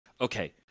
okay